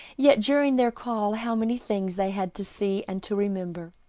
yet during their call how many things they had to see and to remember!